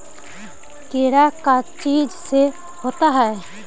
कीड़ा का चीज से होता है?